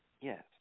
Yes